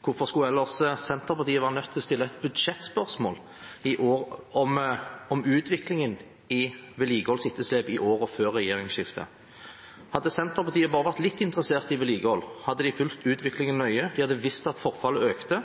Hvorfor skulle ellers Senterpartiet være nødt til å stille et budsjettspørsmål i år om utviklingen i vedlikeholdsetterslepet i årene før regjeringsskiftet? Hadde Senterpartiet bare vært litt interessert i vedlikehold, hadde de fulgt utviklingen nøye. De hadde visst at forfallet økte.